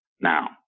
Now